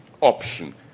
option